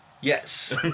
Yes